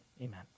amen